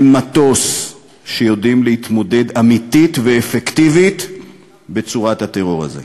אין מטוס שיודעים להתמודד אמיתית ואפקטיבית עם צורת הטרור הזאת.